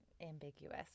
ambiguous